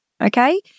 Okay